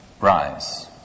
rise